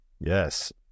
Yes